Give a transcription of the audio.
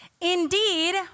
Indeed